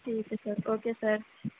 ٹھیک ہے sir okay سر